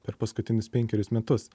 per paskutinius penkerius metus